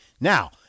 Now